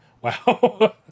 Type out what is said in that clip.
wow